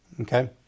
Okay